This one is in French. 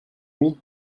nuit